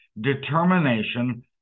determination